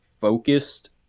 focused